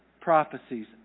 prophecies